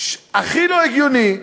הכי לא הגיוני,